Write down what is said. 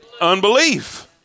unbelief